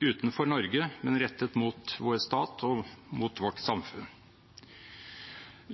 utenfor Norge, men rettet mot vår stat og mot vårt samfunn.